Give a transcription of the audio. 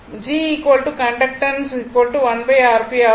G conductance 1Rp ஆகும்